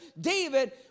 David